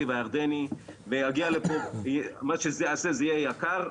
והירדני ויגיע לפה ומה שזה יעשה זה יהיה יקר,